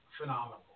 phenomenal